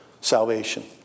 salvation